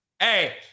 hey